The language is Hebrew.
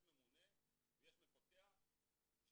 יש ממונה ויש מפקח,